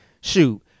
Shoot